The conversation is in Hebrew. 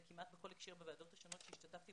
כמעט בכל הקשר בוועדות השונות בהן השתתפתי